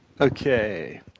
Okay